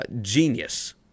genius